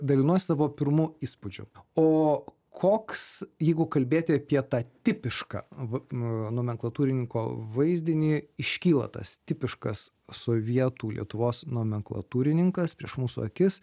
dalinuosi savo pirmu įspūdžiu o koks jeigu kalbėti apie tą tipišką v nomenklatūrininko vaizdinį iškyla tas tipiškas sovietų lietuvos nomenklatūrininkas prieš mūsų akis